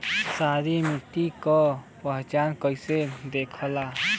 सारी मिट्टी का पहचान कैसे होखेला?